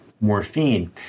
morphine